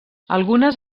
algunes